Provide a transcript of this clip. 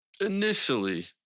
Initially